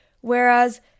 Whereas